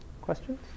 Questions